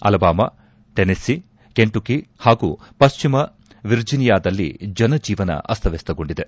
Alabama Tennessee Kentucky ಹಾಗೂ ಪಶ್ಚಿಮ ವಿರ್ಜಿನಿಯಾದಲ್ಲಿ ಜನ ಜೀವನ ಅಸ್ತಮಸ್ತಗೊಂಡಿದೆ